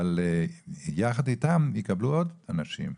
אבל יחד איתם יקבלו עוד אנשים.